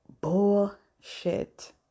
bullshit